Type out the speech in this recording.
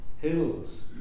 Hills